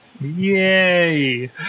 Yay